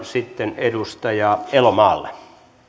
sitten puheenvuoron edustaja elomaalle